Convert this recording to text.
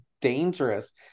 dangerous